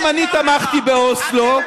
גם אני תמכתי באוסלו,